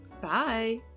Bye